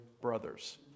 brothers